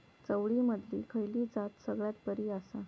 चवळीमधली खयली जात सगळ्यात बरी आसा?